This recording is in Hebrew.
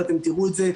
ואתם תקראו את זה,